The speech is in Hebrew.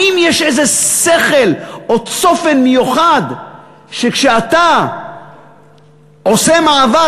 האם יש איזה שכל או צופן מיוחד שכשאתה עושה מעבר